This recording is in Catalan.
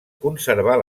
conservar